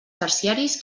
terciaris